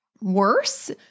worse